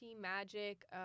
magic